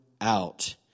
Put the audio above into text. out